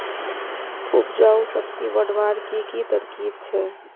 उपजाऊ शक्ति बढ़वार की की तरकीब छे?